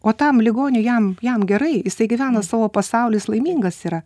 o tam ligoniui jam jam gerai jisai gyvena savo pasauly jis laimingas yra